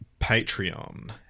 Patreon